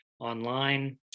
Online